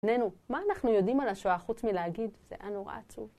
ביננו, מה אנחנו יודעים על השואה חוץ מלהגיד זה היה נורא עצוב.